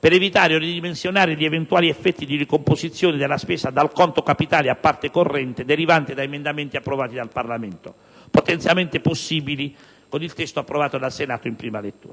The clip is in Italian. per evitare o ridimensionare gli eventuali effetti di ricomposizione della spesa dal conto capitale a parte corrente derivanti da emendamenti approvati dal Parlamento, potenzialmente possibili con il testo approvato dal Senato in prima lettura.